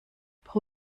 pro